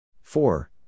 four